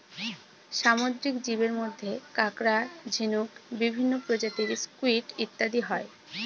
সামুদ্রিক জীবের মধ্যে কাঁকড়া, ঝিনুক, বিভিন্ন প্রজাতির স্কুইড ইত্যাদি হয়